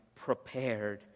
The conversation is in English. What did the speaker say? prepared